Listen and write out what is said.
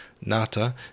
Nata